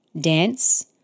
dance